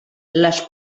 les